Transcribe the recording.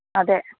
അതെ